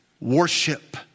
worship